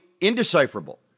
indecipherable